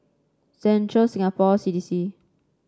Central Singapore C D C